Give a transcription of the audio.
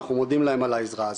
אנחנו מודים להם על העזרה הזאת.